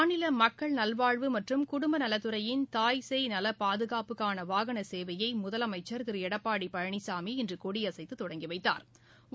மாநில மக்கள் நல்வாழ்வு மற்றும் குடும்பநலத்துறையின் தாய்சேய் நல பாதுகாப்புக்கான வாகன சேவையை முதலமைச்சா் திரு எடப்பாடி பழனிசாமி இன்று கொடியசைத்து தொடங்கி வைத்தாா்